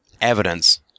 evidence